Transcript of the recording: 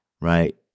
right